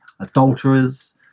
Adulterers